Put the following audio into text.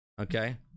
Okay